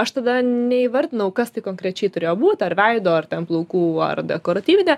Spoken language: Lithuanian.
aš tada neįvardinau kas tai konkrečiai turėjo būt ar veido ar ten plaukų ar dekoratyvinė